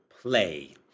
play